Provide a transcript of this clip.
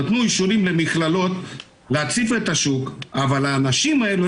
נתנו אישורים למכללות להציף את השוק אבל האנשים האלה,